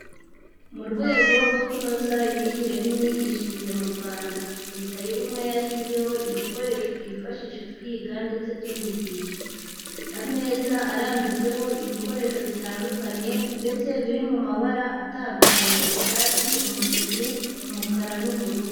Mu rwego rwo kunoza imyigire n'imyigishirize mu Rwanda Leta y'ubumwe yashyizeho ibikoresho twifashisha twiga ndetse tunigisha, ameza arambitseho ibikoresho bitandukanye ndetse biri mu mabara atandukanye icyatsi, umutuku, umukara n'ubururu.